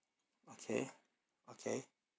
okay okay